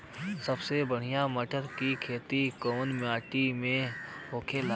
सबसे बढ़ियां मटर की खेती कवन मिट्टी में होखेला?